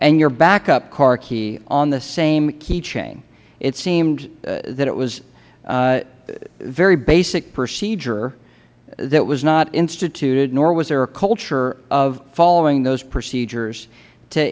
and your backup car key on the same key chain it seemed that it was very basic procedure that was not instituted nor was there a culture of following those procedures to